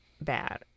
bad